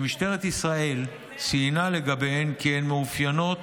שמשטרת ישראל ציינה לגביהן כי הן מאופיינות